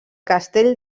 castell